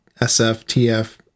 SFTF